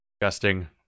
Disgusting